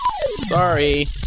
Sorry